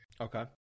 Okay